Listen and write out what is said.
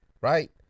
right